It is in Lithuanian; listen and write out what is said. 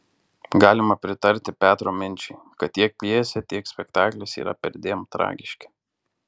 galima pritarti petro minčiai kad tiek pjesė tiek spektaklis yra perdėm tragiški